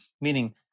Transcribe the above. Meaning